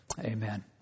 Amen